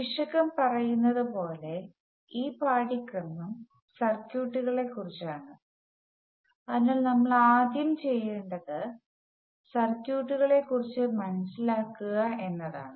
ശീർഷകം പറയുന്നതുപോലെ ഈ പാഠ്യക്രമം സർക്യൂട്ടുകളെക്കുറിച്ചാണ് അതിനാൽ നമ്മൾ ആദ്യം ചെയ്യേണ്ടത് സർക്യൂട്ടുകളെക്കുറിച്ച് മനസിലാക്കുക എന്നതാണ്